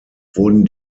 wurden